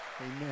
Amen